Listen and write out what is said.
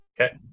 Okay